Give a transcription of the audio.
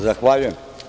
Zahvaljujem.